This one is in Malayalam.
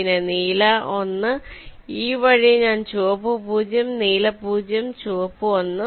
പിന്നെ നീല 1 ഈ വഴി ഞാൻ ചുവപ്പ് 0 നീല 0 ചുവപ്പ് 1